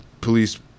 police